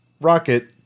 rocket